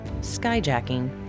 Skyjacking